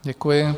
Děkuji.